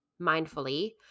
mindfully